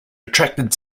attracted